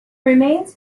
remains